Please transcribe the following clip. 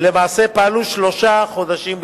ולמעשה פעלו שלושה חודשים בלבד,